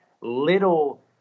little